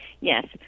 Yes